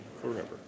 forever